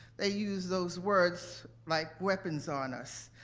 they used those words like weapons on us,